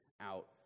out